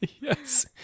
Yes